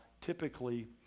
typically